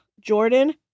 Jordan